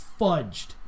fudged